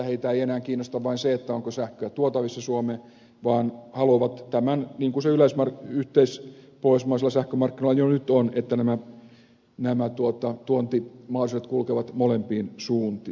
heitä ei enää kiinnosta vain se onko sähköä tuotavissa suomeen vaan he haluavat niin kuin se yhteispohjoismaisilla sähkömarkkinoilla jo nyt on että nämä tuontimahdollisuudet kulkevat molempiin suuntiin